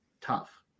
tough